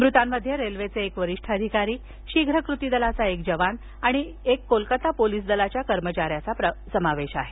मृतांमध्ये रेल्वेचे एक वरिष्ठ अधिकारी शीघ्र कृती दलाचा एक जवान आणि एक कोलकता पोलीस दलाच्या एका कर्मचाऱ्याचा समावेश आहे